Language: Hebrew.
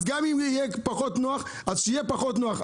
גם אם יהיה פחות נוח אז שיהיה פחות נוח.